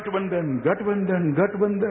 गठबंधन गठबंधन गठबंधन